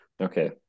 Okay